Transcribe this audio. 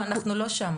לא, אנחנו לא שם.